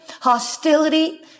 hostility